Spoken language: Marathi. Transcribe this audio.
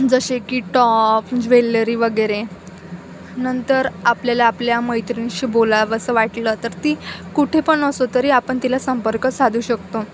जसे की टॉप ज्वेलरी वगैरे नंतर आपल्याला आपल्या मैत्रिणींशी बोलावंसं वाटलं तर ती कुठे पण असलो तरी आपण तिला संपर्क साधू शकतो